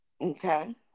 Okay